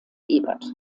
ebert